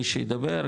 מי שיידבר,